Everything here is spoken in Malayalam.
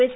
എസ്